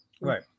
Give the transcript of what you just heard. Right